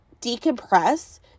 decompress